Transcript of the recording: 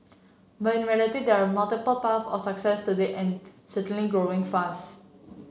but in reality there are multiple path of success today and certainly fast